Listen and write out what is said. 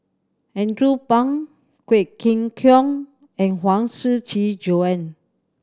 Andrew Phang Quek Ling Kiong and Huang Shiqi Joan